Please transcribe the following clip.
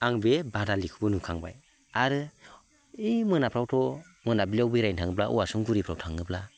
आं बे बादालिखौबो नुखांबाय आरो ओइ मोनाफ्रावथ' मोनाबिलियाव बेरायनो थाङोब्ला औवासुं गुरिफ्राव थाङोब्ला